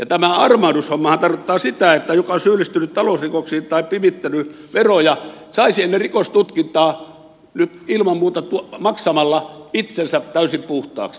tämä armahdushommahan tarkoittaa sitä että joka on syyllistynyt talousrikoksiin tai pimittänyt veroja saisi ennen rikostutkintaa nyt ilman muuta maksamalla itsensä täysin puhtaaksi